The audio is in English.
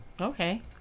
Okay